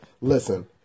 Listen